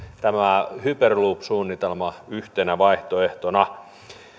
hyperloop suunnitelma yhtenä vaihtoehtona